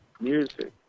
music